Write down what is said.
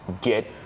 Get